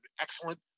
excellent